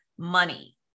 money